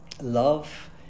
love